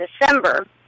December